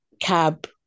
cab